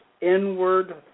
Inward